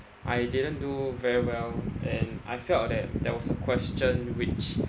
I didn't do very well and I felt that there was a question which